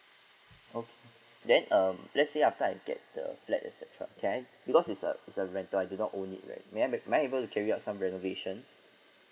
okay then um let's say after I get the flat et cetera can I because it's a it's a rental I do not own it right may I may I be able to carry on some reservation